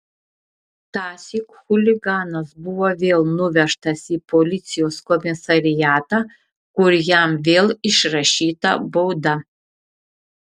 tąsyk chuliganas buvo vėl nuvežtas į policijos komisariatą kur jam vėl išrašyta bauda